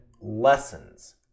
lessons